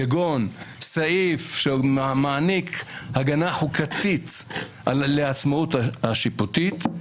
כגון סעיף שמעניק הגנה חוקתית לעצמאות השיפוטית,